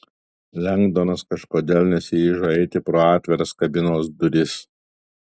lengdonas kažkodėl nesiryžo eiti pro atviras kabinos duris